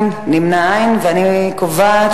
כעיקרון, אני לא אומר,